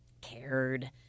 cared